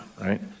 Right